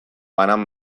banan